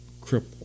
cripple